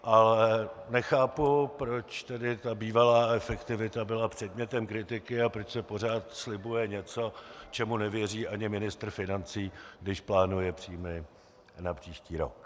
Ale nechápu, proč tedy bývalá efektivita byla předmětem kritiky a proč se pořád slibuje něco, čemu nevěří ani ministr financí, když plánuje příjmy na příští rok.